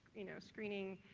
you know, screening